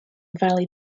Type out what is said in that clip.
valley